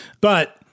But-